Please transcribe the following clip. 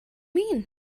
mean